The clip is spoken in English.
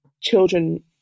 children